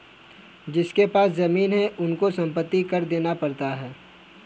जिनके पास जमीने हैं उनको संपत्ति कर देना पड़ता है